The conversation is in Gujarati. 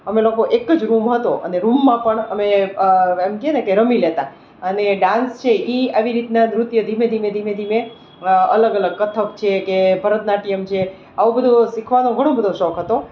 અમે લોકો એક જ રૂમ હતો અને રૂમમાં પણ અમે એમ કે ને કે રમી લેતા અને ડાંસ છે એ આવી રીતના નૃત્ય ધીમે ધીમે ધીમે ધીમે અલગ અલગ કથક છે કે ભરતનાટ્યમ છે આવું બધું શીખવાનું શોખ હતો